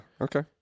Okay